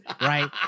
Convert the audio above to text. Right